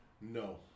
No